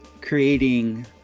creating